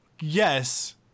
yes